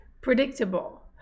predictable